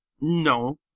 No